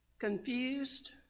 Confused